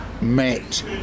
met